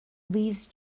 leaves